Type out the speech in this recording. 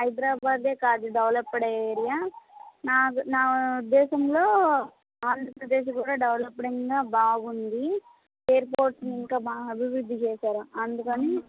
హైదరాబాదే కాదు developed area నా నా ఉద్దేశంలో ఆంధ్రప్రదేశ్ కూడా డెవలపింగ్గా బాగుంది ఎయిర్పోర్ట్ ఇంకా బాగా అభివృద్ది చేశారు అందుకని